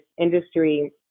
industry